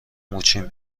موچین